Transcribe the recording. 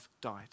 died